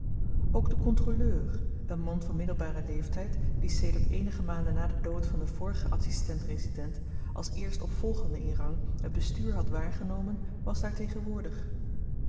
ook de kontroleur een man van middelbaren leeftyd die sedert eenige maanden na den dood van den vorigen adsistent resident als eerstopvolgende in rang het bestuur had waargenomen was daar tegenwoordig